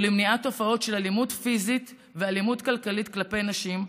ולמניעת תופעות של אלימות פיזית ואלימות כלכלית כלפי נשים,